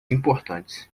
importantes